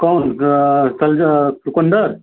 कौन सलज चुकंदर